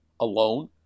alone